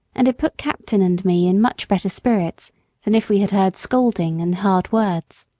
and it put captain and me in much better spirits than if we had heard scolding and hard words.